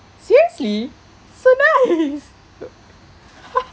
seriously so nice